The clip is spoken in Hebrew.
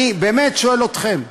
אני באמת שואל אתכן,